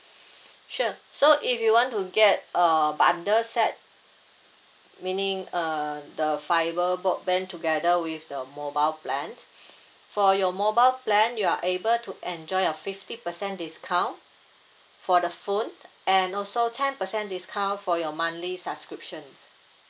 sure so if you want to get a bundle set meaning uh the fibre broadband together with the mobile plan for your mobile plan you are able to enjoy a fifty percent discount for the phone and also ten percent discount for your monthly subscriptions